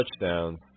touchdowns